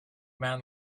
man